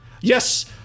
Yes